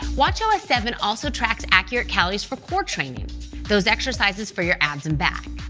watchos seven also tracks accurate calories for core training those exercises for your abs and back.